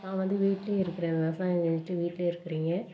நான் வந்து வீட்லியே இருக்கிறேன் விவசாயம் செஞ்சுட்டு வீட்லியே இருக்கிறேங்க